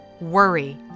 worry